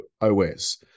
OS